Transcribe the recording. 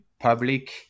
Public